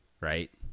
right